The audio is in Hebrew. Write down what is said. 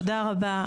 תודה רבה.